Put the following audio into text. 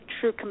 true